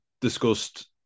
discussed